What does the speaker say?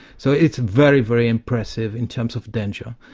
so it's very, very impressive in terms of danger.